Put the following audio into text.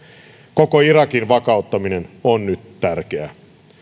koko irakin vakauttaminen on nyt tärkeää